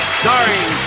starring